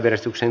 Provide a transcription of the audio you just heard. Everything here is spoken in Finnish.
asia